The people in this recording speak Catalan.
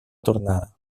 tornada